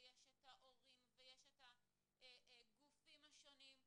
ויש את ההורים ויש את הגופים השונים,